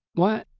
what?